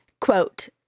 Quote